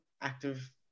active